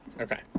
Okay